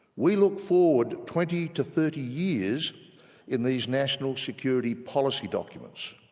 we look forward twenty to thirty years in these national security policy documents.